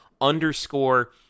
underscore